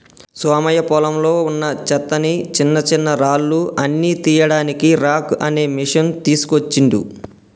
సోమయ్య పొలంలో వున్నా చెత్తని చిన్నచిన్నరాళ్లు అన్ని తీయడానికి రాక్ అనే మెషిన్ తీస్కోచిండు